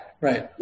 Right